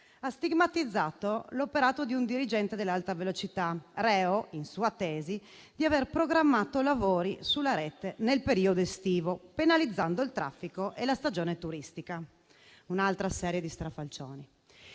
ha stigmatizzato l'operato di un dirigente dell'Alta velocità, reo, secondo la sua tesi, di aver programmato lavori sulla rete nel periodo estivo, penalizzando il traffico e la stagione turistica. Si tratta di un'altra serie di strafalcioni